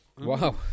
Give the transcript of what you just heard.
Wow